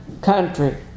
country